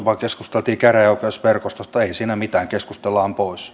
ei siinä mitään keskustellaan pois